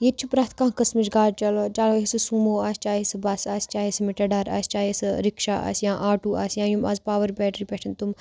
ییٚتہِ چھِ پرٛٮ۪تھ کانٛہہ قٕسمٕچ گاڑِ چَلان چاہے سُہ سوٗموٗ آسہِ چاہے سُہ بَس آسہِ چاہے سُہ مٮ۪ٹَڈار آسہِ چاہے سُہ رِکشا آسہِ یا آٹوٗ آسہِ یا یِم آز پاوَر بیٹرٛی پٮ۪ٹھ چھِنہ تِم